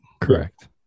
Correct